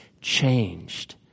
changed